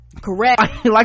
Correct